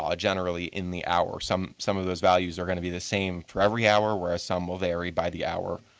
ah generally in the hours. some some of those values are going to be the same for every hour whereas some will vary by the hour.